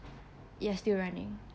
yes still running